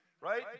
Right